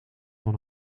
van